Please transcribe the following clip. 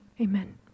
amen